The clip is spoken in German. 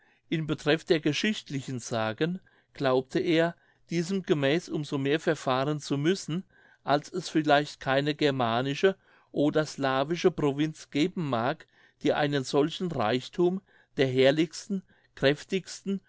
in betreff der geschichtlichen sagen glaubte er diesem gemäß um so mehr verfahren zu müssen als es vielleicht keine germanische oder slavische provinz geben mag die einen solchen reichthum der herrlichsten kräftigsten